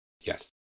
Yes